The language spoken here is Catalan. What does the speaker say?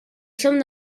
som